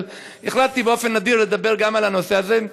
אבל החלטתי באופן נדיר לדבר גם על הנושא הזה,